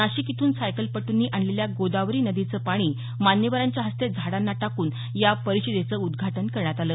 नाशिक इथून सायकलपटूंनी आणलेल्या गोदावरी नदीचं पाणी मान्यवरांच्या हस्ते झाडांना टाकून या परिषदेचं उद्घाटन करण्यात आलं